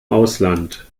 ausland